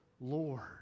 Lord